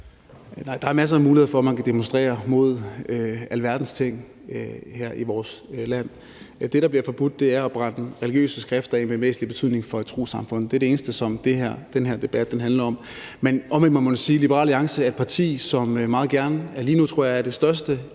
der er masser af muligheder for, at man kan demonstrere mod alverdens ting her i vores land. Det, der bliver forbudt, er at brænde religiøse skrifter med væsentlig betydning for et trossamfund af. Det er det eneste, som den her debat handler om. Men omvendt må man sige: Liberal Alliance er et parti, som jeg tror lige nu er det største